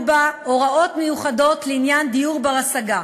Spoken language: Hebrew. בה הוראות מיוחדות לעניין דיור בר-השגה.